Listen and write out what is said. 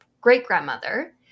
great-grandmother